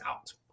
out